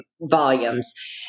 volumes